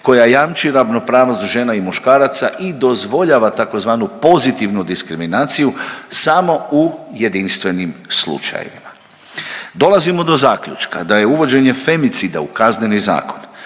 koja jamči ravnopravnost žena i muškaraca i dozvoljava tzv. pozitivnu diskriminaciju samo u jedinstvenim slučajevima. Dolazimo do zaključka da je uvođenje femicida u Kazneni zakon